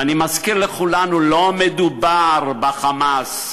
ואני מזכיר לכולנו, לא מדובר ב"חמאס",